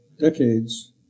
decades